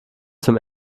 zum